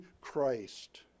Christ